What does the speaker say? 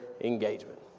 engagement